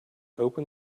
open